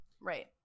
right